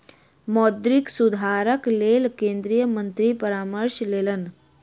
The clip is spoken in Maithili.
मौद्रिक सुधारक लेल केंद्रीय मंत्री परामर्श लेलैन